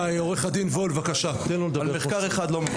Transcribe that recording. יש הרבה יותר.